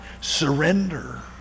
surrender